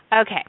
Okay